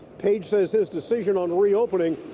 page says his decision on reopening,